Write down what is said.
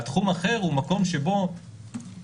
והתחום האחר הוא מקום שבו גופים,